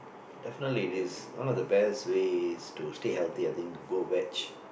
definitely it is one of the best ways to stay healthy I think go veg